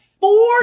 Four